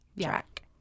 track